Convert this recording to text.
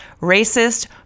racist